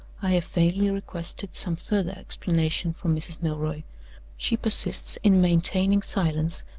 i have vainly requested some further explanation from mrs. milroy she persists in maintaining silence,